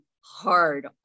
hard